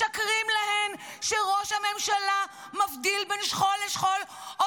משקרים להן שראש הממשלה מבדיל בין שכול לשכול או